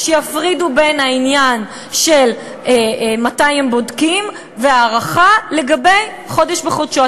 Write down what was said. שיפרידו בין העניין של מתי הם בודקים וההערכה לגבי חודש בחודשו.